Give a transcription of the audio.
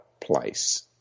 place